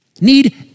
need